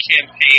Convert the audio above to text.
campaign